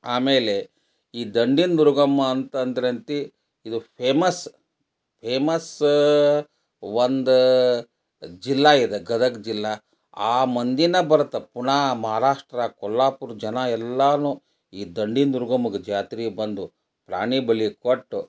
ಆಮೇಲೆ ಈ ದಂಡಿನ ದುರ್ಗಮ್ಮ ಅಂತಂದರೆ ಅಂತೂ ಇದು ಫೇಮಸ್ ಫೇಮಸ್ ಒಂದು ಜಿಲ್ಲೆ ಇದೆ ಗದಗ ಜಿಲ್ಲೆ ಆ ಮಂದಿನೇ ಬರ್ತ ಪುಣೆ ಮಹಾರಾಷ್ಟ್ರ ಕೊಲ್ಲಾಪುರ ಜನ ಎಲ್ಲವೂ ಈ ದಂಡಿನ ದುರ್ಗಮ್ಮಗೆ ಜಾತ್ರಿಗೆ ಬಂದು ಪ್ರಾಣಿ ಬಲಿ ಕೊಟ್ಟು